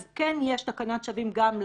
אז כן, יש תקנת שבים גם לרוצחים.